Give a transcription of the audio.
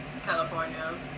California